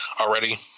Already